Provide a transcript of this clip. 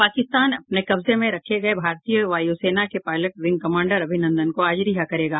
पाकिस्तान अपने कब्जे में रखे गये भारतीय वायुसेना के पायलट विंग कमांडर अभिनंदन को आज रिहा करेगा